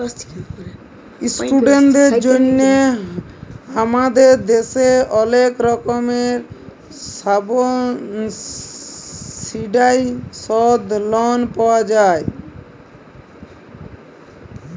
ইশটুডেন্টদের জন্হে হামাদের দ্যাশে ওলেক রকমের সাবসিডাইসদ লন পাওয়া যায়